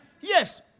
Yes